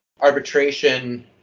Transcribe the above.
arbitration